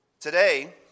Today